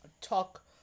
talk